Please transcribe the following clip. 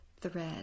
thread